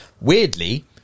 Weirdly